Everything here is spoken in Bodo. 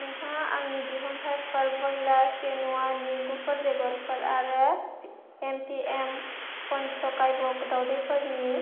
नोंथाङा आंनि दिहुनथाइफोर भ'यला क्विन'आनि गुफुर बेगरफोर आरो एमपिएम पन्चकाव्य दाउदैफोरनि